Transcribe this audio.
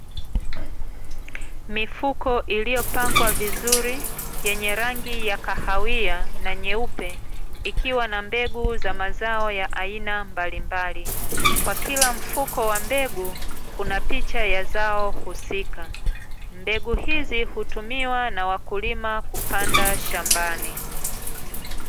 Mifuko iliyopangwa vizuri yenye rangi ya kahawia na nyeupe, ikiwa na mbegu za mazao ya aina mbalimbali. Kwa kila mfuko wa mbegu, kuna picha ya zao husika. Mbegu hizi hutumiwa na wakulima kupanda shambani.